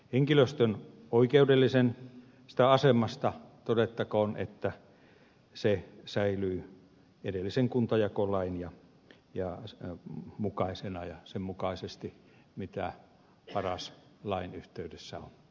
henkilöstön oikeudellisesta asemasta todettakoon että se säilyy edellisen kuntajakolain mukaisena ja sen mukaisesti mitä paras lain yhteydessä on päätetty